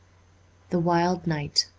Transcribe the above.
the wild knight